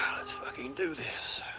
let's fucken do this.